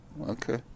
Okay